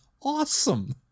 awesome